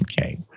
Okay